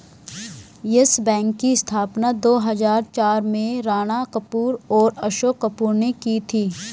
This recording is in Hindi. यस बैंक की स्थापना दो हजार चार में राणा कपूर और अशोक कपूर ने की थी